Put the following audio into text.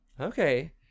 Okay